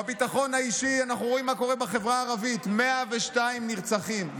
בביטחון האישי אנחנו רואים מה קורה בחברה הערבית: 102 נרצחים,